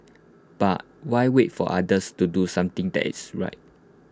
but why wait for others to do something that is right